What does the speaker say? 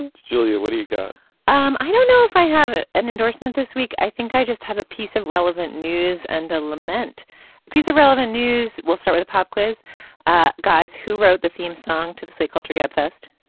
and julia what do you got um i don't know if i have an endorsement this week. i think i just have a piece of relevant news and a lament piece of relevant news. we'll start with a pop quiz ah guys who wrote the theme song to the slate culture gabfest